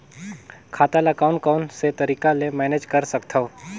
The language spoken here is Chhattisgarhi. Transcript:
खाता ल कौन कौन से तरीका ले मैनेज कर सकथव?